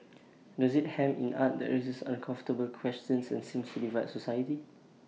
does IT hem in art that raises uncomfortable questions and seems divide society